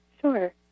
Sure